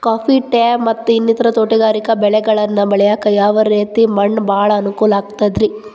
Coffee, tea, ಮತ್ತ ಇನ್ನಿತರ ತೋಟಗಾರಿಕಾ ಬೆಳೆಗಳನ್ನ ಬೆಳೆಯಾಕ ಯಾವ ರೇತಿ ಮಣ್ಣ ಭಾಳ ಅನುಕೂಲ ಆಕ್ತದ್ರಿ?